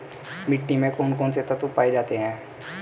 मिट्टी में कौन कौन से तत्व पाए जाते हैं?